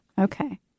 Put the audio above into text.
Okay